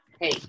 Hey